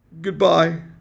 Goodbye